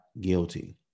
Guilty